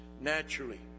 naturally